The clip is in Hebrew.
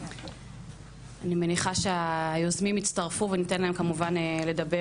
אני מניחה שהיוזמים יצטרפו וניתן להם כמובן לדבר